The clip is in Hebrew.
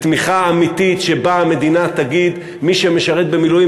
בתמיכה אמיתית שבה המדינה תגיד: מי שמשרת במילואים,